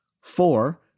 four